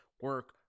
Work